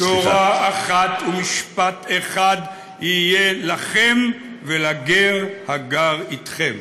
"תורה אחת ומשפט אחד יהיה לכם ולגר הגר אתכם."